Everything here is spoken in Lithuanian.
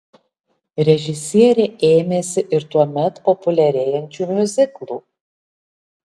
režisierė ėmėsi ir tuomet populiarėjančių miuziklų